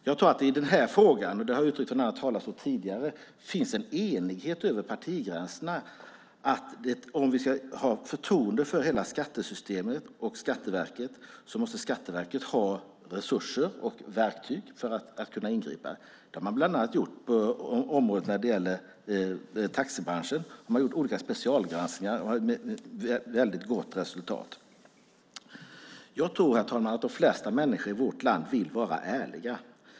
Jag tror att det i den här frågan, och det har uttryckts från andra talare tidigare, finns en enighet över partigränserna om att om vi ska ha förtroende för hela skattesystemet och Skatteverket måste Skatteverket ha resurser och verktyg för att kunna ingripa. Det har man gjort inom bland annat taxibranschen. Man har gjort olika specialgranskningar med väldigt gott resultat. Jag tror, herr talman, att de flesta människor i vårt land vill vara ärliga.